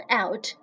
out